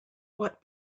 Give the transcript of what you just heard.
what